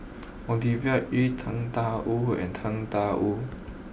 Ovidia Yu Tang Da Wu and Tang Da Wu